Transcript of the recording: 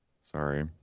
Sorry